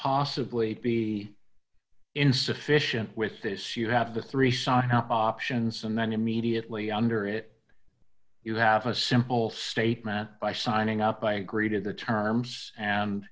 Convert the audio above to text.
possibly be insufficient with this you have the three signed up options and then immediately under it you have a simple statement by signing up i agree to the terms and